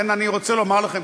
לכן אני רוצה לומר לכם,